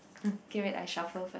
okay wait I shuffle first